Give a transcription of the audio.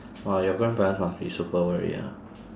!wah! your grandparents must be super worried ah